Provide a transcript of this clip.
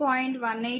18 volt